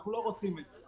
אנחנו לא רוצים את זה.